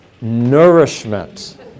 nourishment